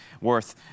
worth